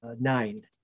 nine